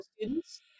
students